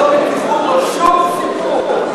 לא בבטיחות ולא שום סיפור.